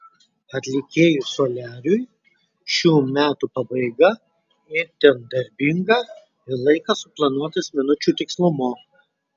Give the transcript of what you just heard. atlikėjui soliariui šių metų pabaiga itin darbinga ir laikas suplanuotas minučių tikslumu